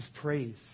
praise